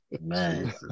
man